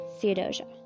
Theodosia